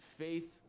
faith